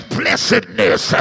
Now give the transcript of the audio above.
blessedness